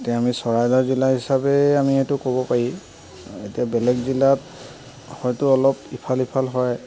এতিয়া আমি চৰাইদেউ জিলা হিচাপেই আমি এইটো ক'ব পাৰি এতিয়া বেলেগ জিলাত হয়তো অলপ ইফাল সিফাল হয়